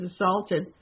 assaulted